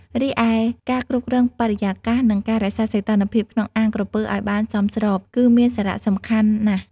រីឯការគ្រប់គ្រងបរិយាកាស និងការរក្សាសីតុណ្ហភាពក្នុងអាងក្រពើឲ្យបានសមស្រប គឺមានសារៈសំខាន់ណាស់។